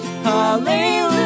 Hallelujah